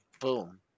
boom